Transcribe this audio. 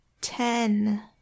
Ten